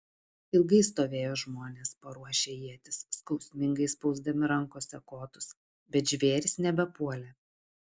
ilgai stovėjo žmonės paruošę ietis skausmingai spausdami rankose kotus bet žvėrys nebepuolė